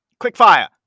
Quickfire